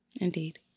Indeed